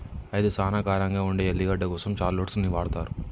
అయితే సానా కారంగా ఉండే ఎల్లిగడ్డ కోసం షాల్లోట్స్ ని వాడతారు